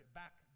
back